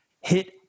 Hit